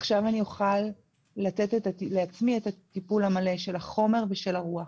עכשיו אני אוכל לתת לעצמי את הטיפול המלא של החומר ושל הרוח.